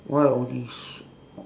why only sweet